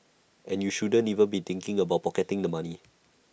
and you shouldn't even be thinking about pocketing the money